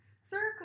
circle